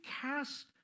cast